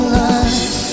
life